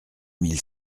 mille